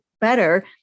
better